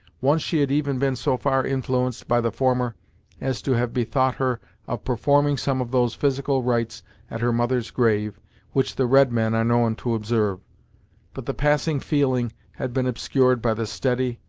once she had even been so far influenced by the former as to have bethought her of performing some of those physical rites at her mother's grave which the redmen are known to observe but the passing feeling had been obscured by the steady,